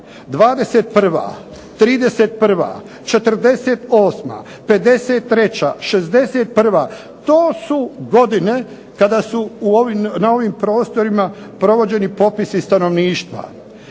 '21., '31., '48., '53., '61., to su godine kada su na ovim prostorima provođeni popisi stanovništva.